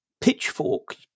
pitchfork